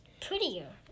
prettier